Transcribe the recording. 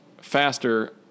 faster